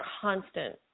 constant